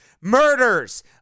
murders